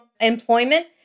employment